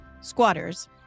squatters